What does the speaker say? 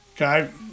Okay